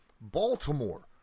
Baltimore